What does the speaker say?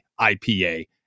IPA